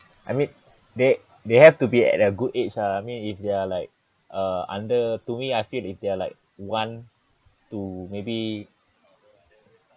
I mean they they have to be at a good age ah I mean if they are like uh under to me I feel if they are like one to maybe